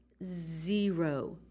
zero